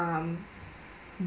um